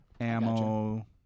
Ammo